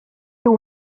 too